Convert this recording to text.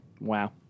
Wow